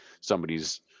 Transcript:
somebody's